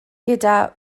gyda